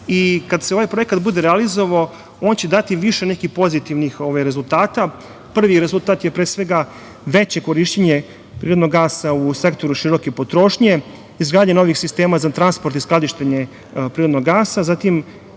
Kada se ovaj projekat bude realizovao on će dati više nekih pozitivnih rezultata. Prvi rezultat je pre svega veće korišćenje prirodnog gasa u sektoru široke potrošnje, izgradnje novih sistema za transport i skladištenje prirodnog gasa.